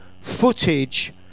footage